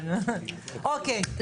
אוקיי,